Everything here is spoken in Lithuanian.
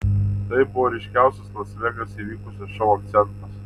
tai buvo ryškiausias las vegase įvykusio šou akcentas